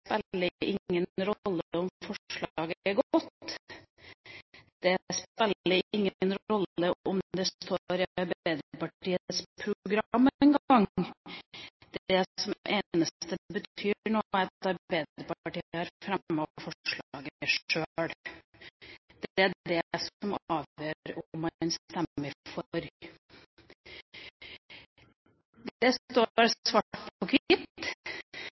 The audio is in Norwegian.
ingen rolle om forslaget er godt, det spiller ingen rolle om det står i Arbeiderpartiets program engang, det eneste som betyr noe, er at Arbeiderpartiet har fremmet forslaget sjøl. Det er det som avgjør om man stemmer for. Det står svart på hvitt. Jeg må si at jeg